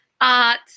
art